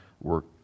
work